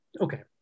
okay